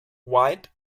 white